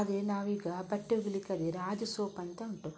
ಅದೇ ನಾವೀಗ ಬಟ್ಟೆ ಒಗಿಲಿಕ್ಕಾಗಿ ರಾಜ್ ಸೋಪ್ ಅಂತ ಉಂಟು